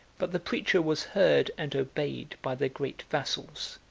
but the preacher was heard and obeyed by the great vassals,